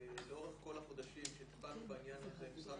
לאורך כל החודשים שטיפלנו בעניין הזה המשרד